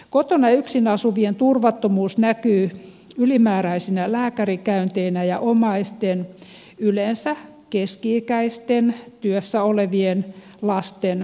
kotona yksin asuvien turvattomuus näkyy ylimääräisinä lääkärikäynteinä ja omaisten yleensä keski ikäisten työssä olevien lasten poissaoloina työstä